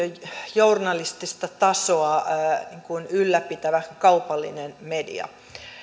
journalistista tasoa ylläpitävä kaupallinen media